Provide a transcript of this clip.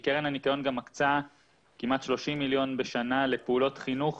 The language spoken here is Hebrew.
כי קרן הניקיון מקצה כמעט 30 מיליון בשנה לפעולות חינוך